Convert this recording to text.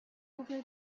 over